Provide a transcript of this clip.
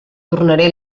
tornaré